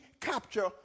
capture